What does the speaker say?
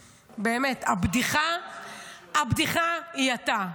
באמת, הבדיחה היא אתה.